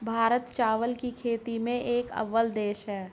भारत चावल की खेती में एक अव्वल देश है